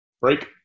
break